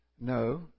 No